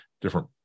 different